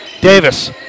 Davis